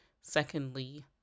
secondly